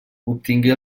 obtingué